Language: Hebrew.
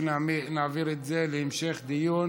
שנעביר את זה להמשך דיון